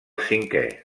cinquè